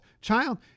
child